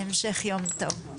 המשך יום טוב.